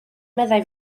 meddai